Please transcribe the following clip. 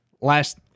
last